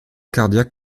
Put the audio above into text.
cardiaque